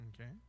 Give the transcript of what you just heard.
okay